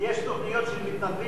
יש תוכניות של מתנדבים,